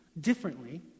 differently